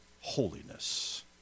holiness